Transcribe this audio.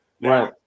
Right